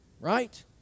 Right